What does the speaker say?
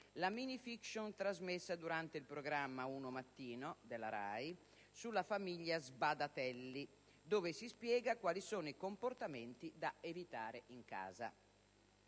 la mini *fiction* trasmessa durante il programma "Uno Mattina" della RAI sulla famiglia Sbadatelli, dove si spiega quali sono i comportamenti da evitare in casa.